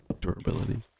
durability